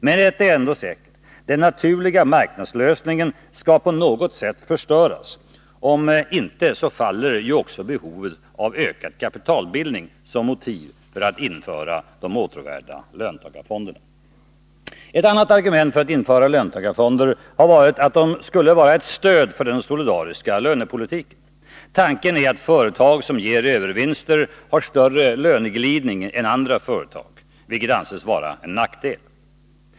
Men ett är ändå säkert: Den naturliga marknadslösningen skall på något sätt förstöras — om inte så faller ju också behovet av ökad kapitalbildning som motiv för att införa de åtråvärda löntagarfonderna. Ett annat argument för att införa löntagarfonder har varit att de skulle vara ett stöd för den solidariska lönepolitiken. Tanken är att företag som ger övervinster har större löneglidning än andra företag, vilket anses vara en nackdel.